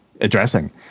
addressing